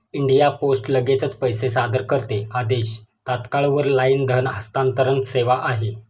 India post लगेचच पैसे सादर करते आदेश, तात्काळ वर लाईन धन हस्तांतरण सेवा आहे